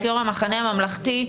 יו"ר המחנה הממלכתי,